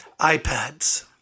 iPads